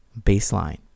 baseline